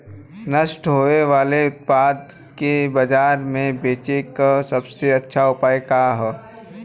नष्ट होवे वाले उतपाद के बाजार में बेचे क सबसे अच्छा उपाय का हो?